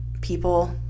people